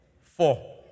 Four